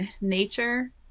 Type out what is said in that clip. nature